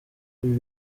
ibi